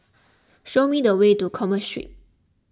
show me the way to Commerce Street